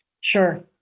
Sure